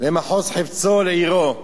למחוז חפצו, לעירו.